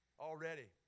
already